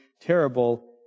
terrible